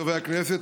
חברי הכנסת,